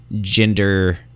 gender